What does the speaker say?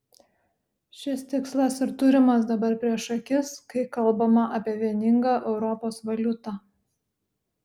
šis tikslas ir turimas dabar prieš akis kai kalbama apie vieningą europos valiutą